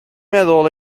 meddwl